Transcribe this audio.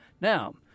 Now